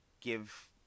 give